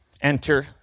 Enter